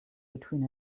between